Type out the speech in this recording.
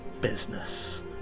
business